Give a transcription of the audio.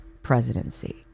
presidency